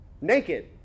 Naked